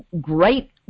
great